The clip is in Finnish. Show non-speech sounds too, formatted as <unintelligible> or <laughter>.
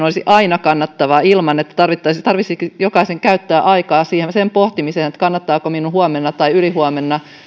<unintelligible> olisi aina kannattavaa ilman että tarvitsisi jokaisen käyttää aikaa sen pohtimiseen kannattaako minun huomenna tai ylihuomenna